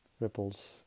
Ripples